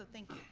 ah thank you.